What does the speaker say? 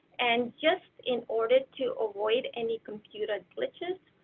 and just in order to avoid any computer glitches.